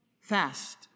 fast